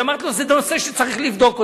אמרתי לו: זה נושא שצריך לבדוק אותו,